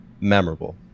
memorable